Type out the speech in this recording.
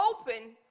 Open